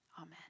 Amen